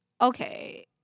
okay